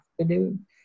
afternoon